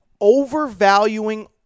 overvaluing